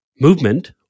movement